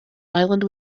island